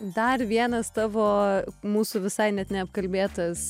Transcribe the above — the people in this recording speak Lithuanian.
dar vienas tavo mūsų visai net neapkalbėtas